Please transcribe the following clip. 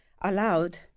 allowed